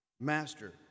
Master